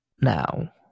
now